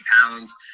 pounds